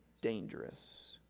dangerous